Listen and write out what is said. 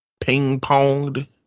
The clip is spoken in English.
ping-ponged